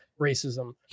racism